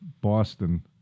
Boston